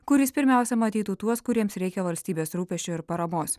kuris pirmiausia matytų tuos kuriems reikia valstybės rūpesčio ir paramos